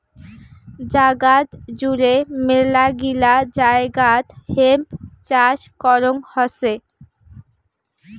জাগাত জুড়ে মেলাগিলা জায়গাত হেম্প চাষ করং হসে